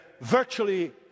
virtually